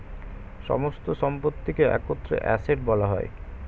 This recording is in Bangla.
সমস্ত সম্পত্তিকে একত্রে অ্যাসেট্ বলা হয়